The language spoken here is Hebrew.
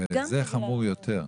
וזה חמור יותר.